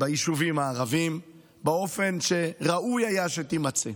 ביישובים הערביים באופן שראוי היה שתימצא.